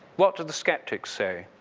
what do the skeptics say?